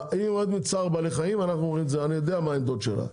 היא אומרת מצער בעלי חיים אנחנו אומרים את זה אני יודע מה העמדות שלה,